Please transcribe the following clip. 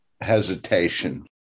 hesitation